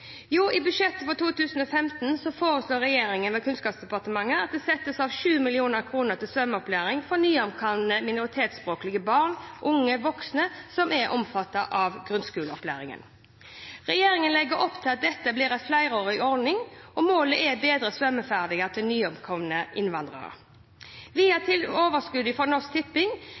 I budsjettet for 2015 foreslår regjeringen ved Kunnskapsdepartementet at det settes av 7 mill. kr til svømmeopplæring for nyankomne minoritetsspråklige barn, unge og voksne som er omfattet av grunnskoleopplæringen. Regjeringen legger opp til at dette blir en flerårig ordning, og målet er å bedre svømmeferdighetene til nyankomne innvandrere. Via overskuddet fra Norsk Tipping til